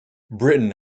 britton